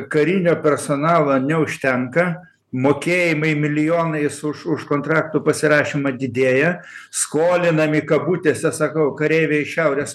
karinio personalo neužtenka mokėjimai milijonais už už kontraktų pasirašymą didėja skolinami kabutėse sakau kareiviai iš šiaurės